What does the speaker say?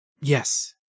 Yes